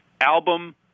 album